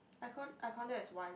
I got I counted as one